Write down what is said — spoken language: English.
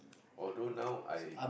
although now I